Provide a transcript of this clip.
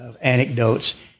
anecdotes